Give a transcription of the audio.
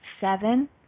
seven